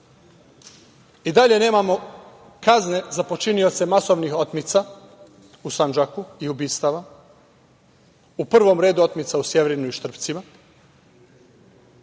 i dalje nemamo kazne za počinioce masovnih otmica u Sandžaku i ubistava, u prvom redu otmica u Sjeverinu i Štrpcima.